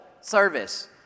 service